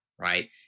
right